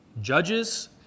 judges